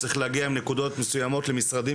צריך להגיע עם נקודות מסוימות למשרדים